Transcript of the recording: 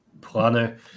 planner